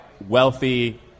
Wealthy